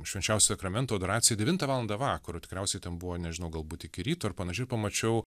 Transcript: švenčiausiojo sakramento adoraciją devintą valandą vakaro tikriausiai ten buvo nežinau galbūt iki ryto ar panašiai ir pamačiau